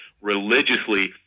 religiously